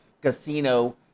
Casino